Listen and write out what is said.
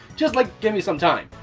just, like, gimme some time.